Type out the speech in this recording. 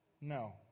no